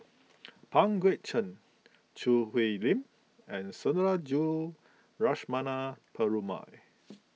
Pang Guek Cheng Choo Hwee Lim and Sundarajulu Lakshmana Perumal